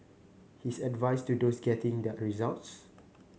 his advice to those getting their results